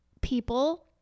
people